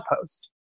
post